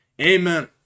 Amen